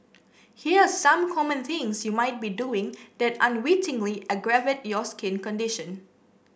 here are some common things you might be doing that unwittingly aggravate your skin condition